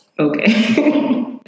Okay